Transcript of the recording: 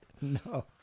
No